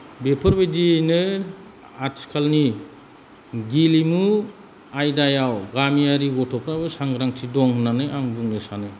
बेफोरबायदियैनो आथिखालनि गेलेमु आयदायाव गामियारि गथ'फ्राबो सांग्रांथि दं होन्नानै आं बुंनो सानो